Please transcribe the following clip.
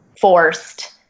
forced